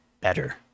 better